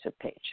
page